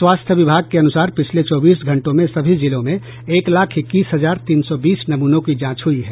स्वास्थ्य विभाग के अनुसार पिछले चौबीस घंटों में सभी जिलों में एक लाख इक्कीस हजार तीन सौ बीस नमूनों की जांच हुई है